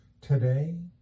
today